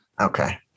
Okay